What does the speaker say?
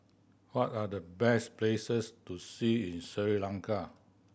what are the best places to see in Sri Lanka